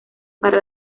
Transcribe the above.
para